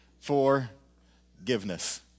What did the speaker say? Forgiveness